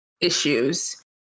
issues